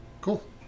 Cool